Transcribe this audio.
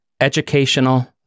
Educational